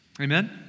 Amen